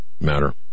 matter